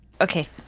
Okay